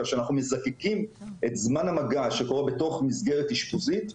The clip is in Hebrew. כאשר אנחנו מזקקים את זמן המגע שקורה בתוך מסגרת אשפוזית,